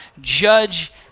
judge